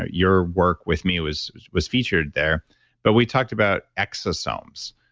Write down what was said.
ah your work with me was was featured there but we talked about exosomes,